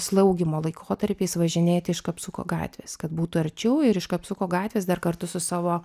slaugymo laikotarpiais važinėti iš kapsuko gatvės kad būtų arčiau ir iš kapsuko gatvės dar kartu su savo